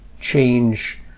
change